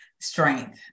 strength